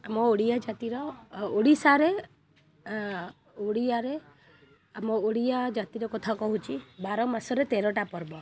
ଆମ ଓଡ଼ିଆ ଜାତିର ଓଡ଼ିଶାରେ ଓଡ଼ିଆରେ ଆମ ଓଡ଼ିଆ ଜାତିର କଥା କହୁଛି ବାର ମାସରେ ତେରଟି ପର୍ବ